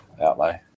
outlay